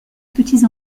petits